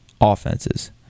offenses